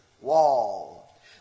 wall